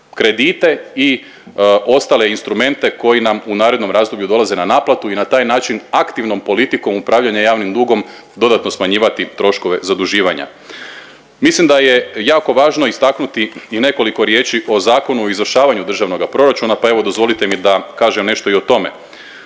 kredite i ostale instrumente koji nam u narednom razdoblju dolaze na naplatu i na taj način aktivnom politikom upravljanja javnim dugom dodatno smanjivati troškove zaduživanja. Mislim da je jako važno istaknuti i nekoliko riječi o Zakonu o izvršavanju državnoga proračuna, pa evo dozvolite mi da kažem nešto i o tome.